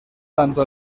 tanto